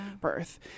birth